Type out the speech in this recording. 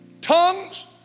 Tongues